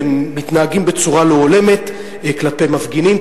ומתנהגים בצורה לא הולמת כלפי מפגינים,